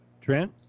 Trent